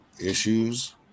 issues